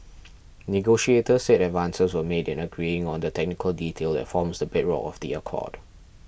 negotiators said advances were made in agreeing on the technical detail that forms the bedrock of the accord